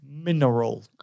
Mineral